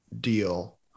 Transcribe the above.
deal